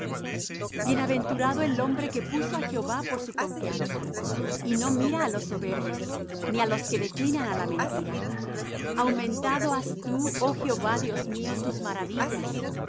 bienaventurado el hombre que puso á jehová por su confianza y no mira á los soberbios ni á los que declinan á la mentira aumentado has tú oh jehová dios mío tus maravillas